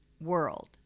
world